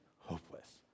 hopeless